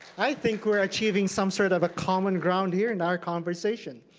i think we're achieving some sort of a common ground here in our conversation.